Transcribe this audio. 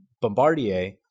Bombardier